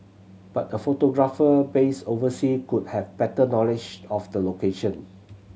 but a photographer based oversea could have better knowledge of the location